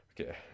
Okay